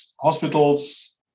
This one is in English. hospitals